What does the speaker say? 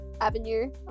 avenue